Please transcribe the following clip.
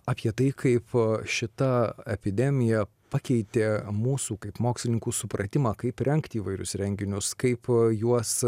apie tai kaip šita epidemija pakeitė mūsų kaip mokslininkų supratimą kaip rengti įvairius renginius kaip juos